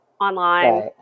online